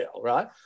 right